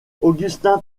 augustin